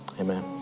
Amen